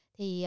Thì